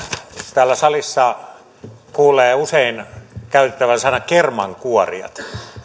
täällä salissa kuulee usein käytettävän sanaa kermankuorijat